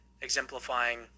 exemplifying